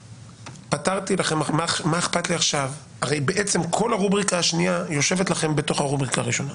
הרי בעצם כל הרובריקה השנייה יושבת לכם בתוך הרובריקה הראשונה,